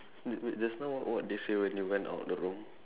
wait wait just now what they say when you went out of the room